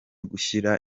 gushyira